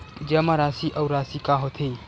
जमा राशि अउ राशि का होथे?